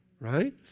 right